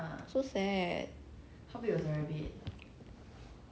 quite young eh the rabbit like three years two two three years old I only had her for like